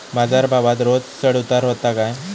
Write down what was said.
बाजार भावात रोज चढउतार व्हता काय?